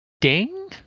Ding